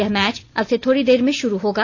यह मैच अब से थोड़ी देर में शुरू होगा